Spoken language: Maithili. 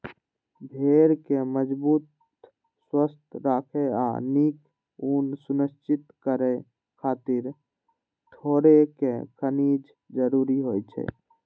भेड़ कें मजबूत, स्वस्थ राखै आ नीक ऊन सुनिश्चित करै खातिर थोड़ेक खनिज जरूरी होइ छै